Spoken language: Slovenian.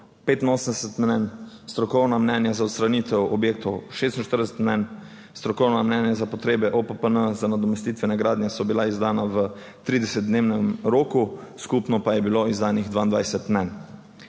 85 mnenj, strokovna mnenja za odstranitev objektov 46 mnenj, strokovna mnenja za potrebe OPPN za nadomestitvene gradnje so bila izdana v 30-dnevnem roku, skupno pa je bilo izdanih 22 mnenj.